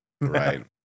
right